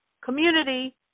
community